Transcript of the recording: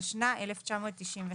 התשנ"ה-1995.